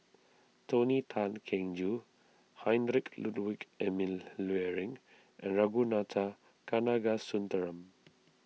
Tony Tan Keng Joo Heinrich Ludwig Emil Luering and Ragunathar Kanagasuntheram